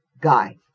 guy